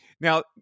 Now